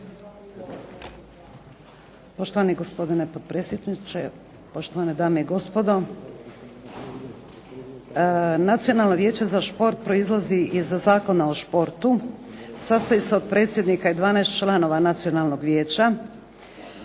Poštovani gospodine potpredsjedniče, poštovane dame i gospodo. Nacionalno vijeće za šport proizlazi iz Zakona o športu. Sastoji se od predsjednika i 12 članova Nacionalnog vijeća.